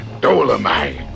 Dolomite